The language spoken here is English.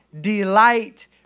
delight